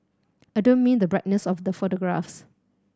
I don't mean the brightness of the photographs